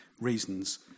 reasons